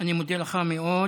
אני מודה לך מאוד.